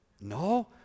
No